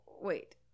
Wait